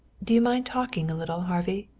do you mind talking a little, harvey?